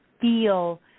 feel